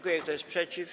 Kto jest przeciw?